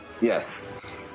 Yes